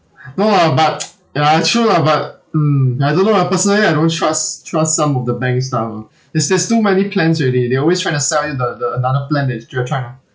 no lah but ya true lah but mm ya I don't know lah I personally I don't trust trust some of the bank stuff ah there's there's too many plans already they always try to sell you the the another plan that is